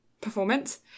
performance